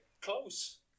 close